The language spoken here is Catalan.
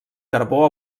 carbó